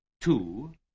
Two